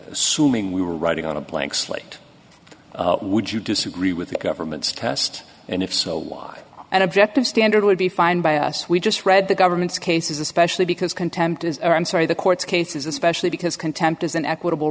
suman we were writing on a blank slate would you disagree with the government's test and if so why an objective standard would be fine by us we just read the government's cases especially because contempt is i'm sorry the court's cases especially because contempt is an equitable